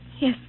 Yes